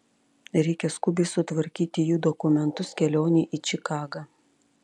reikia skubiai sutvarkyti jų dokumentus kelionei į čikagą